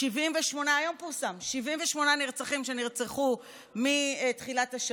זה שעושה דווקא למשפחות שכולות ומחלל את כבוד